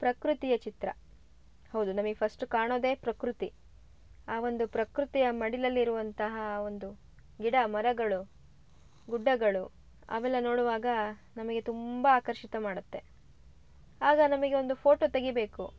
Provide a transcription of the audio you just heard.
ಪ್ರಕೃತಿಯ ಚಿತ್ರ ಹೌದು ನಮಿಗೆ ಫಸ್ಟು ಕಾಣೋದೆ ಪ್ರಕೃತಿ ಆ ಒಂದು ಪ್ರಕೃತಿಯ ಮಡಿಲಲ್ಲಿ ಇರುವಂತಹ ಒಂದು ಗಿಡ ಮರಗಳು ಗುಡ್ಡಗಳು ಅವೆಲ್ಲ ನೋಡುವಾಗ ನಮಗೆ ತುಂಬ ಆಕರ್ಷಿತ ಮಾಡುತ್ತೆ ಆಗ ನಮಗೆ ಒಂದು ಫೋಟೊ ತೆಗಿಬೇಕು